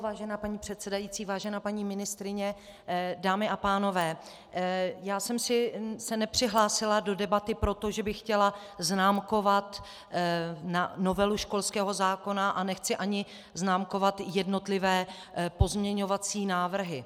Vážená paní předsedající, vážená paní ministryně, dámy a pánové, já jsem se nepřihlásila do debaty proto, že bych chtěla známkovat novelu školského zákona, a nechci ani známkovat jednotlivé pozměňovací návrhy.